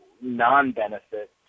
non-benefit